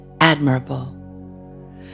admirable